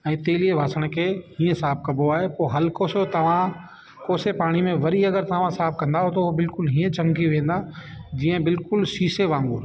ऐं तेलीअ बासण खे ईअं साफ़ु कबो आहे पोइ हल्को सो तव्हां कोसे पाणीअ में वरी अगरि तव्हां साफ़ु कंदाव त उहो बिल्कुलु ईअं चमकी वेंदा जीअं बिल्कुलु शीशे वांगुरु